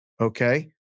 okay